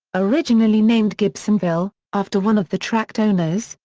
originally named gibsonville, after one of the tract owners,